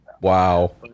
Wow